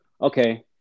okay